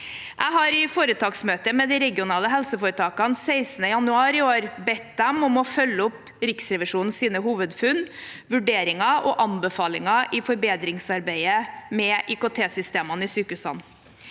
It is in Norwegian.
Jeg har i foretaksmøte med de regionale helseforetakene 16. januar i år bedt dem om å følge opp Riksrevisjonens hovedfunn, vurderinger og anbefalinger i forbedringsarbeidet med IKT-systemene i sykehusene.